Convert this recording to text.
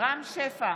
רם שפע,